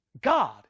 God